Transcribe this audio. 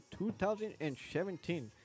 2017